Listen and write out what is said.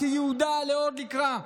כיהודה ועוד לקרא,